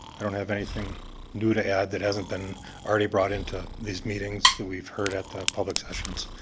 i don't have anything new to add that hasn't been already brought into these meetings that we've heard at the public sessions.